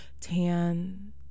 tan